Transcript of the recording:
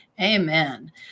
Amen